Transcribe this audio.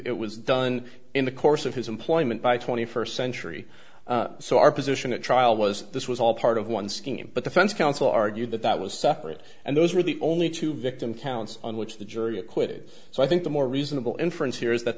was done in the course of his employment by twenty first century so our position at trial was this was all part of one scheme but the fence counsel argued that that was separate and those were the only two victim counts on which the jury acquitted so i think the more reasonable inference here is that